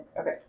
okay